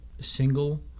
single